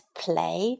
play